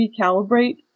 recalibrate